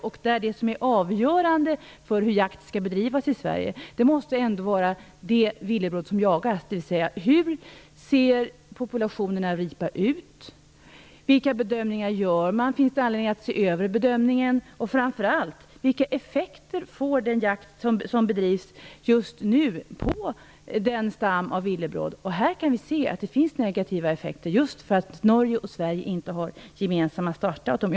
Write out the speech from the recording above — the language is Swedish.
Det som skall vara avgörande för hur jakt skall bedrivas i Sverige måste ändå vara det villebråd som jagas. Hur ser populationen av ripa ut? Vilka bedömningar gör man? Finns det anledning att se över bedömningen? Och framför allt: Vilka effekter får den jakt som bedrivs just nu på stammen av villebråd? Vi kan se att det finns negativa effekter just för att Sverige och Norge inte har gemensamma startdatum.